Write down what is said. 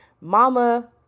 mama